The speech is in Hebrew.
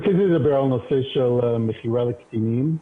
רציתי לדבר על נושא של מכירה לקטינים.